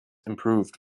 improved